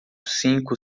cinco